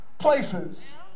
places